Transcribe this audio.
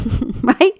right